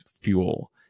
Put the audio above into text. fuel